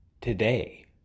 Today